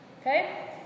okay